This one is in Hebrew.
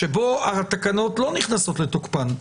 שבו התקנות לא נכנסות לתוקפן,